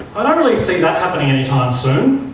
i don't see that happening any time soon.